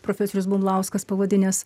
profesorius bumblauskas pavadinęs